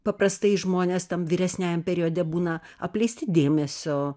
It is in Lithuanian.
paprastai žmonės tam vyresniajam periode būna apleisti dėmesio